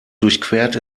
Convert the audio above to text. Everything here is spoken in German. durchquert